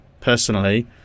personally